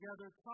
together